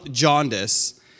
jaundice